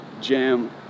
jam